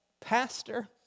Pastor